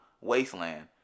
wasteland